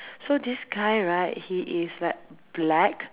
so this guy right he is like black